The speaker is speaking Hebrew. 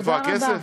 איפה הכסף?